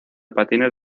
patines